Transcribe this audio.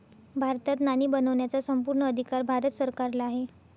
भारतात नाणी बनवण्याचा संपूर्ण अधिकार भारत सरकारला आहे